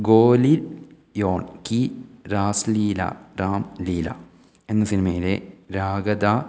Goliyon Ki Raasleela Ram Leela എന്ന സിനിമയിലെ രാഗത